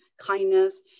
kindness